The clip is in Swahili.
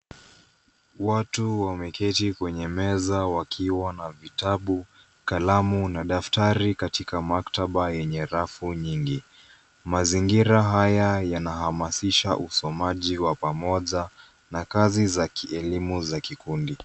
Watu wameketi kwenye meza wakiwa na vitabu, kalamu na daftari katika maktaba yenye rafu nyingi. Mazingira haya yanahamasisha usomaji wa pamoja na kazi za kielimu za kikundi.